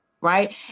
right